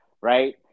right